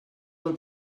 del